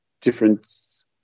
different